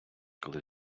коли